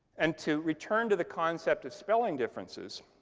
and to return to the concept of spelling differences,